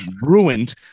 ruined